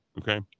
okay